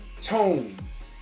tones